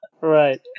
Right